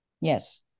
Yes